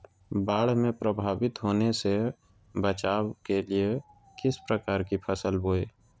बाढ़ से प्रभावित होने से बचाव के लिए किस प्रकार की फसल बोए?